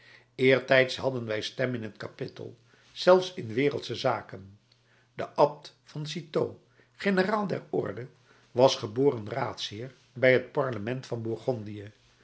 eertijds hadden wij stem in het kapittel zelfs in wereldsche zaken de abt van citeaux generaal der orde was geboren raadsheer bij het parlement van bourgondië